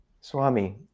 Swami